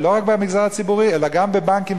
ולא רק במגזר הציבורי אלא גם בבנקים,